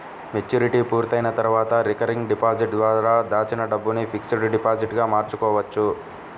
maturity పూర్తయిన తర్వాత recurring deposit ద్వారా దాచిన డబ్బును ఫిక్స్డ్ డిపాజిట్ గా మార్చుకోవచ్చు